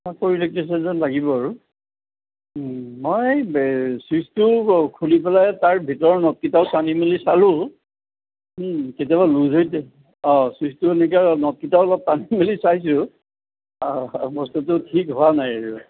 ইলেক্ট্ৰিচিয়ানজন লাগিব আৰু মই চুইচটো খুলি পেলাই তাৰ ভিতৰৰ নটকেইটাও টানি মেলি চালোঁ কেতিয়াবা সেইটোৱেই অঁ চুইচটো মানে এতিয়া নটকেইটাও অলপ টানি মেলি চাইচোঁ অঁ বস্তুটো ঠিক হোৱা নাই আৰু